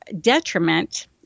detriment